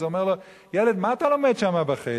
אז הוא אומר לו: ילד, מה אתה לומד שמה ב"חדר"?